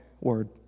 word